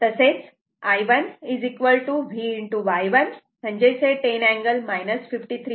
तसेच I 1V Y 1 10 angle 53